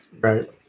Right